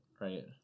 right